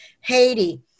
Haiti